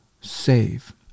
save